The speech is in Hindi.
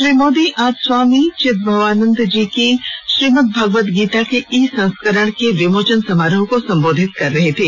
श्री मोदी आज स्वामी चिद्भवानंदजी की श्रीमदभगवदगीता के ई संस्करण के विमोचन समारोह को संबोधित कर रहे थे